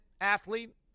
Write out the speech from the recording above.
athlete